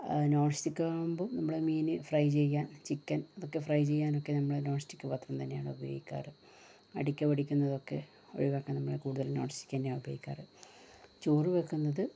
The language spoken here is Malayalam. ആ നോൺ സ്റ്റിക്കാകുമ്പോൾ നമ്മുടെ മീന് ഫ്രൈ ചെയ്യാൻ ചിക്കൻ അതൊക്കെ ഫ്രൈ ചെയ്യാനൊക്കെ നമ്മള് നോൺ സ്റ്റിക്ക് പാത്രം തന്നെയാണ് ഉപയോഗിക്കാറ് അടിക്ക് പിടിക്കുന്നതൊക്കെ ഒഴിവാക്കാൻ നമ്മള് കൂടുതലും നോൺ സ്റ്റിക്ക് തന്നെയാണ് ഉപയോഗിക്കാറ് ചോറ് വെക്കുന്നത്